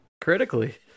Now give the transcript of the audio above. critically